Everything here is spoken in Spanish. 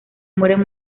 mueren